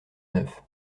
neuf